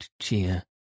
cheer